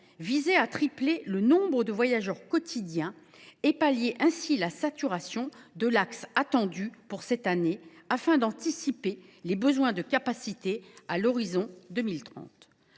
visaient à tripler le nombre de voyageurs quotidiens et pallier ainsi la saturation de l’axe attendue pour cette année. Il s’agissait d’anticiper les besoins de capacité à l’horizon de 2030.